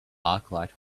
arclight